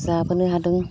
जाबोनो हादों